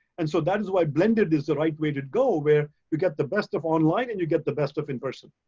and so that is why blended is the right way to go where you get the best of online and you get the best of in-person.